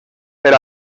per